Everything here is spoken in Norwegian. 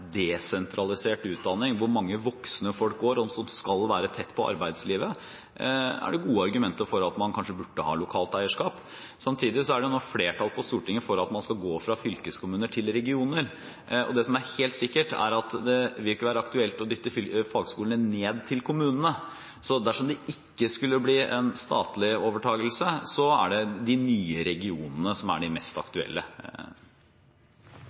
desentralisert utdanning, hvor mange voksne folk går, og som skal være tett på arbeidslivet, kanskje burde ha lokalt eierskap. Samtidig er det nå flertall på Stortinget for at man skal gå fra fylkeskommuner til regioner. Det som er helt sikkert, er at det ikke vil være aktuelt å dytte fagskolene ned til kommunene. Dersom det ikke skulle bli en statlig overtakelse, er det de nye regionene som er de mest